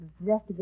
rest